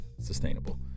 sustainable